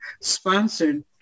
sponsored